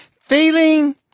feeling